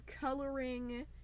Coloring